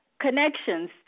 connections